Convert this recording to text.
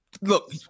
look